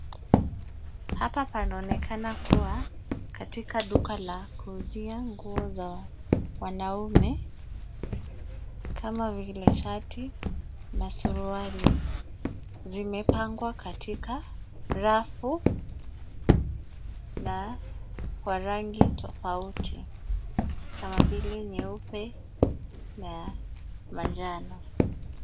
Hapa panaonekana kuwa katika duka la kuuzia nguo za wanaume ,kama vile shati na suruali. Zimepangwa katika rafu na kwa rangi tofauti, kama vile nyeupe na manjano.